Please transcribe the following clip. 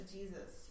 Jesus